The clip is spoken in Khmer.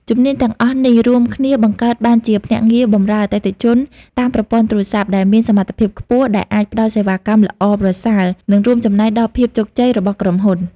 ជំនាញទាំងអស់នេះរួមគ្នាបង្កើតបានជាភ្នាក់ងារបម្រើអតិថិជនតាមប្រព័ន្ធទូរស័ព្ទ ដែលមានសមត្ថភាពខ្ពស់ ដែលអាចផ្ដល់សេវាកម្មល្អប្រសើរ និងរួមចំណែកដល់ភាពជោគជ័យរបស់ក្រុមហ៊ុន។